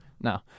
no